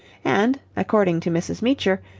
and, according to mrs. meecher,